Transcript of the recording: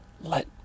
Let